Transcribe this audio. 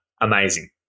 amazing